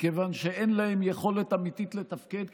מכיוון שאין להם יכולת אמיתית לתפקד.